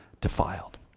defiled